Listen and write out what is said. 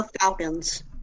Falcons